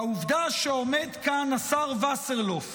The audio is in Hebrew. העובדה שעומד כאן השר וסרלאוף